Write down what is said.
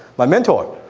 my mentor!